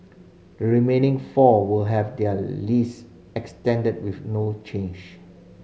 the remaining four will have their lease extended with no change